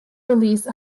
release